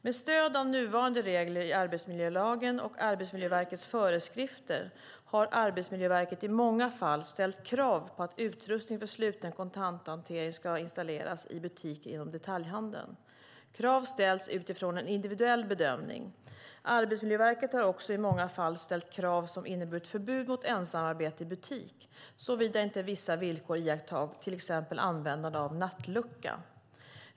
Med stöd av nuvarande regler i arbetsmiljölagen och Arbetsmiljöverkets föreskrifter har Arbetsmiljöverket i många fall ställt krav på att utrustning för sluten kontanthantering ska installeras i butiker inom detaljhandeln. Krav ställs utifrån en individuell bedömning. Arbetsmiljöverket har också i många fall ställt krav som inneburit förbud mot ensamarbete i butik, såvida inte vissa villkor iakttas, till exempel användande av nattlucka.